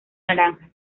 naranja